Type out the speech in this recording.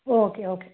okay okay